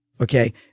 Okay